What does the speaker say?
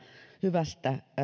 hyvästä